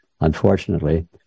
unfortunately